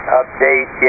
update